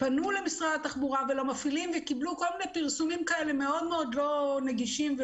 פנו למשרד התחבורה ולמפעילים וקיבלו כל מיני פרסומים מאוד לא נגישים.